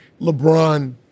LeBron